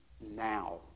now